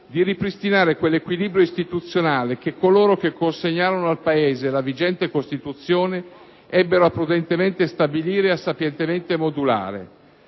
di ripristinare quell'equilibrio istituzionale che coloro che consegnarono al Paese la vigente Costituzione ebbero a prudentemente stabilire e a sapientemente modulare,